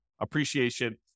appreciation